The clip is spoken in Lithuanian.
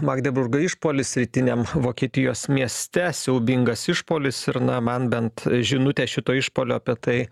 magdeburgo išpuolis rytiniam vokietijos mieste siaubingas išpuolis ir na man bent žinutė šito išpuolio apie tai